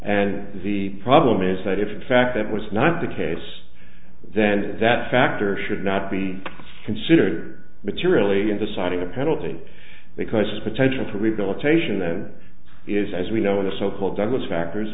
and the problem is that if fact that was not the case then that factor should not be considered materially in deciding a penalty because his potential for rehabilitation is as we know the so called douglas factors